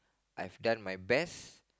I've done my best